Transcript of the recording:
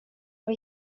och